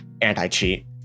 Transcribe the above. anti-cheat